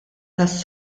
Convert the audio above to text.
tas